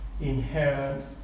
inherent